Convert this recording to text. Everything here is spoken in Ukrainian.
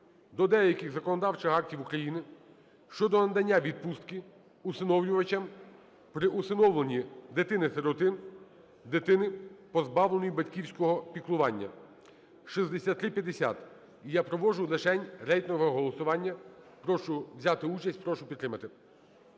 до деяких законодавчих актів України щодо надання відпустки усиновлювачам при усиновленні дитини-сироти, дитини, позбавленої батьківського піклування (6350). І я проводжу лишень рейтингове голосування. Прошу взяти участь, прошу підтримати.